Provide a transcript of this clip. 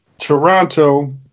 Toronto